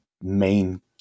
main